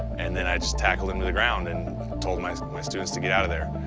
and then i just tackled him to the ground and told my my students to get outta there.